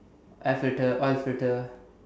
oil filter oil filter